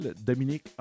Dominique